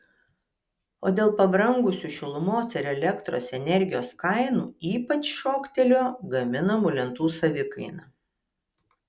o dėl pabrangusių šilumos ir elektros energijos kainų ypač šoktelėjo gaminamų lentų savikaina